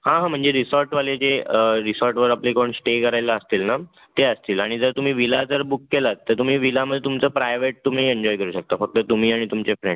हां हां म्हणजे रिसॉर्टवाले जे रिसॉर्टवर आपले कोण श्टे करायला असतील ना ते असतील आणि जर तुम्ही विला जर बुक केलात तर तुम्ही विलामध्ये तुमचं प्रायवेट तुम्ही एंजॉय करू शकता फक्त तुम्ही आणि तुमचे फ्रेंडस